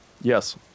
Yes